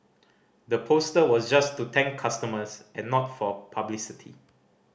the poster was just to thank customers and not for publicity